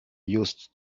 used